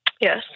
Yes